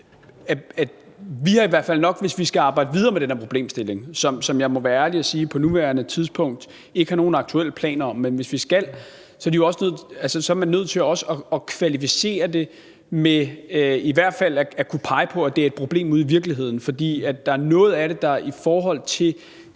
at vi i hvert fald nok, hvis vi skal arbejde videre med den her problemstilling, hvilket jeg må være ærlig og sige at vi på nuværende tidspunkt ikke har nogen aktuelle planer om, så er nødt til også at kvalificere det ved i hvert fald kunne pege på, at det er et problem ude i virkeligheden. For der er noget af det, der i lyset